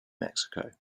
mexico